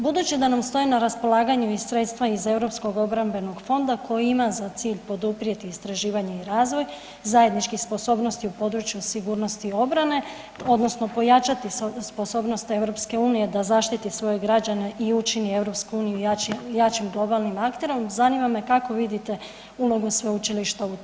Budući da nam stoje na raspolaganju i sredstva iz Europskog obrambenog fonda koji ima za cilj poduprijeti istraživanje i razvoj, zajedničke sposobnosti u području sigurnosti i obrane, odnosno pojačati sposobnost EU da zaštiti svoje građane i učini EU jačim globalnim akterom, zanima me kako vidite ulogu Sveučilišta u tom kontekstu?